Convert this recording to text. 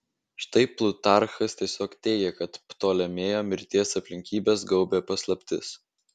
štai plutarchas tiesiog teigia kad ptolemėjo mirties aplinkybes gaubia paslaptis